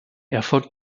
erfolgte